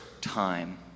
time